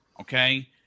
Okay